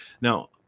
Now